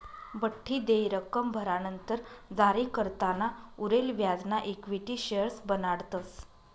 बठ्ठी देय रक्कम भरानंतर जारीकर्ताना उरेल व्याजना इक्विटी शेअर्स बनाडतस